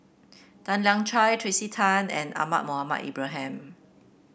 Tan Lian Chye Tracey Tan and Ahmad Mohamed Ibrahim